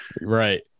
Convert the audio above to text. Right